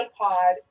iPod